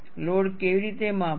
load કેવી રીતે માપવા